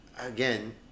Again